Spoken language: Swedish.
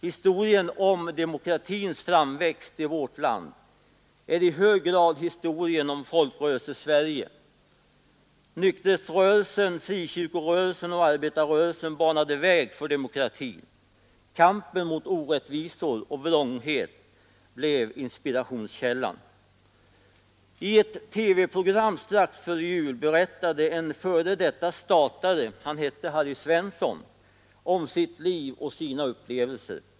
Historien om demokratins framväxt i vårt land är i hög grad historien om Folkrörelsesverige. Nykterhetsrörelsen, frikyrkorörelsen och arbetarrörelsen banade väg för demokratin, Kampen mot orättvisor och vrånghet blev inspirationskällan. I ett TV-program strax före jul berättade en f. d. statare, Harry Svensson, om sitt liv och sina upplevelser.